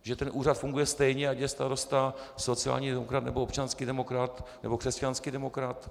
Že ten úřad funguje stejně, ať je starosta sociální demokrat, nebo občanský demokrat, nebo křesťanský demokrat?